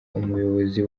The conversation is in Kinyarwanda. umuyobozi